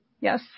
Yes